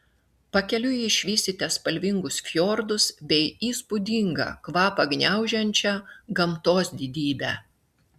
pakeliui išvysite spalvingus fjordus bei įspūdingą kvapą gniaužiančią gamtos didybę